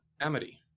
Amity